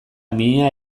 mihia